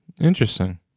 interesting